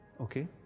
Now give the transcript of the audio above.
okay